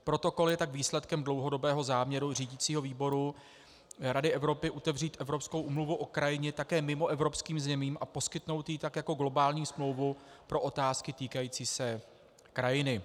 Protokol je tak výsledkem dlouhodobého záměru řídicího výboru Rady Evropy otevřít Evropskou úmluvu o krajině také mimoevropským zemím a poskytnout jí tak globální smlouvu pro otázky týkající se krajiny.